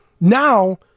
Now